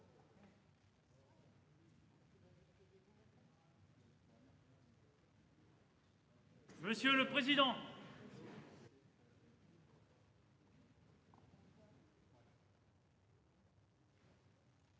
Monsieur le président,